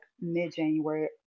mid-january